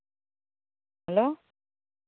hello